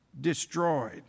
destroyed